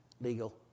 legal